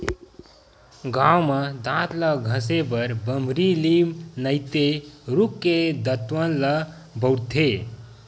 गाँव म दांत ल घसे बर बमरी, लीम नइते रूख के दतवन ल बउरथे